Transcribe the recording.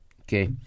okay